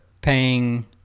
paying